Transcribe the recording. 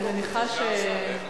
אני מניחה,